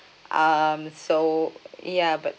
um so ya but